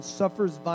suffers